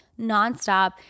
nonstop